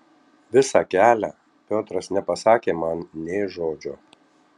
visą kelią piotras nepasakė man nė žodžio